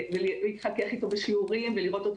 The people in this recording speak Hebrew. ולהתחכך איתו בשיעורים ולראות אותו